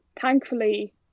Thankfully